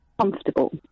comfortable